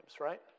right